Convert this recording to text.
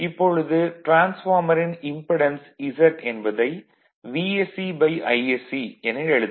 இப்பொழுது டிரான்ஸ்பார்மரின் impedance Z என்பதை VscIsc என எழுதலாம்